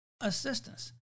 assistance